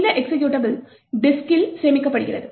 இந்த எக்சிகியூட்டபிள் டிஸ்கில் சேமிக்கப்படுகிறது